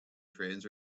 trains